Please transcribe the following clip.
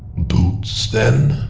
boots then?